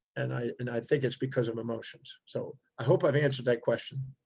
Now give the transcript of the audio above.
and i, and i think it's because of emotions. so i hope i've answered that question.